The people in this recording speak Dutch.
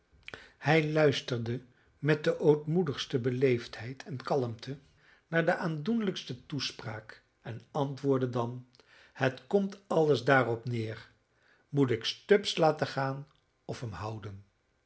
hij luisterde met de ootmoedigste beleefdheid en kalmte naar de aandoenlijkste toespraak en antwoordde dan het komt alles daarop neer moet ik stubbs laten gaan of hem houden